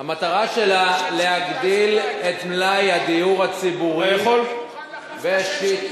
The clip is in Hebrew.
המטרה שלה להגדיל את מלאי הדיור הציבורי, אני מוכן